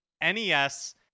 NES